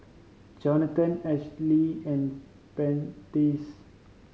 Johathan Ashlea and Prentiss